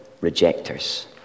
rejectors